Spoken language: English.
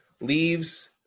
leaves